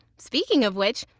speaking of which,